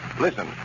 Listen